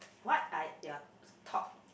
what are your thought